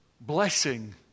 Blessing